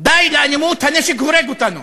"די לאלימות, הנשק הורג אותנו".